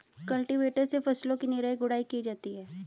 cultivator से फसलों की निराई गुड़ाई की जाती है